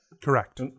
Correct